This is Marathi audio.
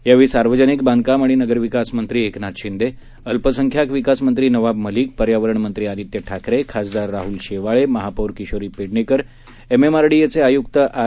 यावेळी सार्वजनिक बांधकाम आणि नगरविकास मंत्री एकनाथ शिंदे अल्पसंख्याक विकास मंत्री नवाब मलिक पर्यावरण मंत्री आदित्य ठाकरे खासदार राहूल शेवाळे महापौर किशोरी पेडणेकर एमएमआरडीएचे आयुक्त आर